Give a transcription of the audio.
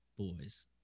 boys